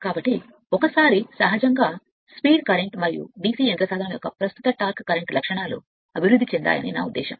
కాబట్టి ఒకసారి సహజంగా స్పీడ్ కరెంట్ మరియు DC యంత్ర సాధనము యొక్క ప్రస్తుత టార్క్ కరెంట్ లక్షణాలు అభివృద్ధి చెందాయని నా ఉద్దేశ్యం